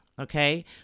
Okay